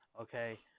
okay